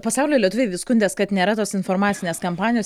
pasaulio lietuviai vis skundės kad nėra tos informacinės kampanijos